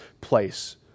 place